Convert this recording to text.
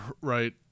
right